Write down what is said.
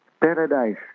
paradise